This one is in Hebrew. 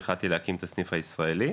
והחלטתי להקים את הסניף הישראלי.